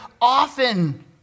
often